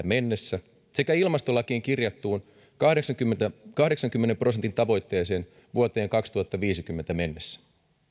mennessä sekä ilmastolakiin kirjattuun kahdeksankymmenen prosentin tavoitteeseen vuoteen kaksituhattaviisikymmentä mennessä